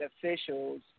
officials